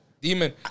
demon